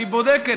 היא בודקת,